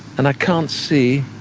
and i can't see